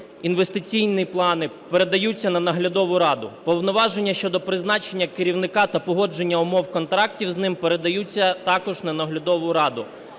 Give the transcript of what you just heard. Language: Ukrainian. інвестиційні плани, передаються на наглядову раду. Повноваження щодо призначення керівника та погодження умов контрактів з ним передаються також на наглядову раду.